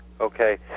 Okay